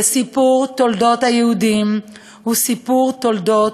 וסיפור תולדות היהודים הוא סיפור תולדות